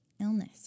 illness